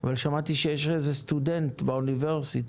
אבל שמעתי שיש איזה סטודנט באוניברסיטה,